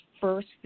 first